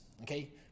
okay